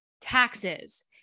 taxes